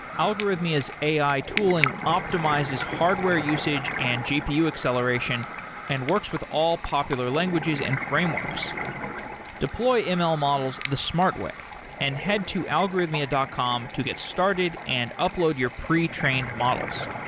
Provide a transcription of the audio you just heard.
algorithmia's ai tooling optimizes hardware usage and gpu acceleration and works with all popular languages and frameworks frameworks deploy ml models the smart way and head to algorithmia dot com to get started and upload your pre-trained models.